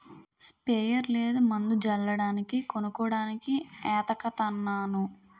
sprayer లేదు మందు జల్లడానికి కొనడానికి ఏతకతన్నాను